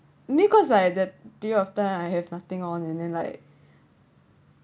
because like that period of time I have nothing on and then like